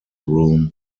room